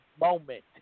moment